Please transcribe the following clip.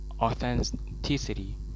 authenticity